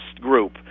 group